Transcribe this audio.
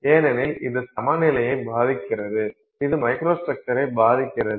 ஏனெனில் இது சமநிலையை பாதிக்கிறது இது மைக்ரோஸ்ட்ரக்சரைப் பாதிக்கிறது